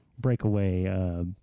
breakaway